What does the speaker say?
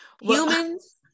Humans